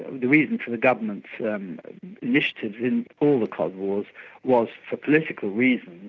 the reason for the government's initiatives in all the cod wars was for political reasons.